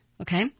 Okay